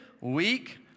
weak